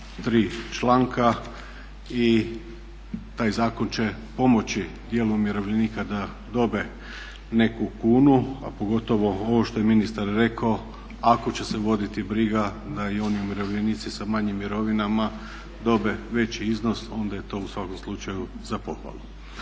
tri članka i taj zakon će pomoći dijelu umirovljenika da dobiju neku kunu, a pogotovo ovo što je ministar rekao ako će se voditi briga da i oni umirovljenici sa manjim mirovinama dobiju veći iznos, onda je to u svakom slučaju za pohvalu.